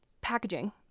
packaging